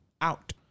out